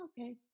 okay